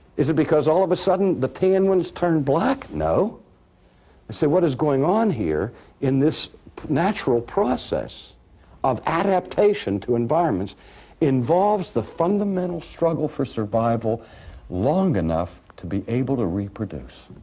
is it because all of a sudden the tanned ones turned black? no. you see what is going on here in this natural process of adaptation to environments involves the fundamental struggle for survival long enough to be able to reproduce.